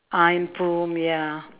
ah improve ya